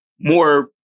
more